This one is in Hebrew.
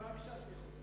רק ש"ס יכולים.